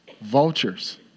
vultures